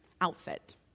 outfit